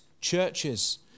churches